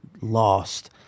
lost